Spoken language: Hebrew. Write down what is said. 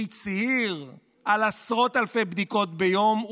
הוא הצהיר על עשרות אלפי בדיקות ביום,